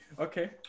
Okay